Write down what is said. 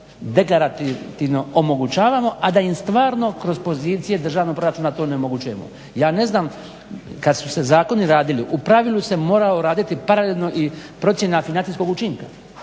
zakonom deklarativno omogućavamo, a da im stvarno kroz pozicije državnog proračuna to onemogućujemo. Ja ne znam kad su se zakoni radili u pravilu se morala raditi paralelno i procjena financijskog učinka